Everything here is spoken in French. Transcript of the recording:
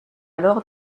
alors